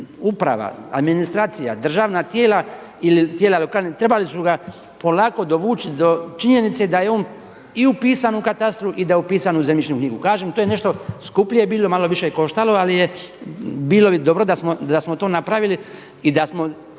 uprava, administracija, državna tijela ili tijela lokalne trebali su ga polako dovući do činjenice da je on i upisan u katastru i da je upisan u zemljišnu knjigu. Kažem to je nešto skuplje bilo, malo više koštalo ali je bilo bi dobro da smo to napravili i da smo